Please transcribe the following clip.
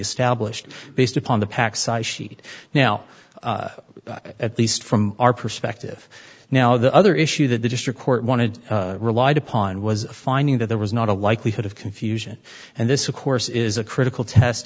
established based upon the pack size sheet now at least from our perspective now the other issue that the district court wanted relied upon was finding that there was not a likelihood of confusion and this of course is a critical test